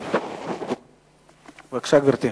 בבקשה, גברתי.